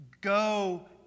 go